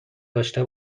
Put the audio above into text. داشته